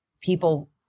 people